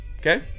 okay